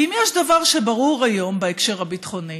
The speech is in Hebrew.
ואם יש דבר שברור היום בהקשר הביטחוני